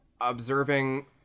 observing